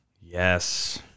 Yes